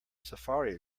safari